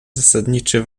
zasadniczy